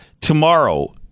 Tomorrow